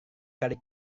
kali